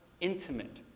intimate